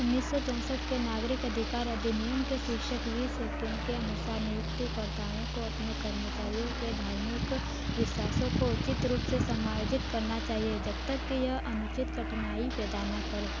उन्नीस सौ चौंसठ के नागरिक अधिकार अधिनियम के शीर्षक वी सेकन्ड के अनुसार नियुक्तिकर्ताओं को अपने कर्मचारियों के धार्मिक विश्वासों को उचित रूप से समायोजित करना चाहिए जब तक की यह अनुचित कठिनाई पैदा न करे